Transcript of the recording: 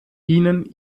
ihnen